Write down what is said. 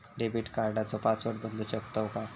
Debit कार्डचो password बदलु शकतव काय?